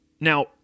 Now